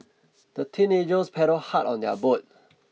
the teenagers paddled hard on their boat